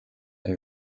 they